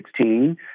2016